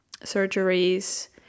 surgeries